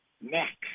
next